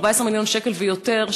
14 מיליון שקל ויותר,